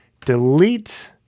delete